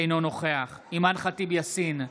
אינו נוכח אימאן ח'טיב יאסין,